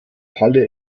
halle